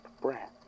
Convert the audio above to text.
breath